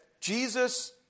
Jesus